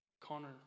Connor